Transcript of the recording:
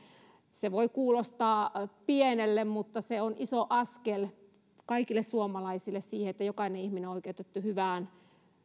se voi kuulostaa pieneltä mutta se on iso askel kaikille suomalaisille siihen että jokainen ihminen on oikeutettu hyvään